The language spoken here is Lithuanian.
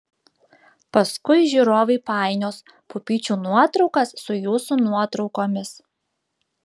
paskui žiūrovai painios pupyčių nuotraukas su jūsų nuotraukomis